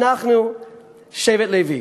אנחנו שבט לוי.